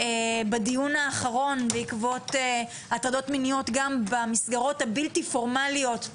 בדיון האחרון בעקבות הטרדות מיניות גם במסגרות הבלתי פורמליות,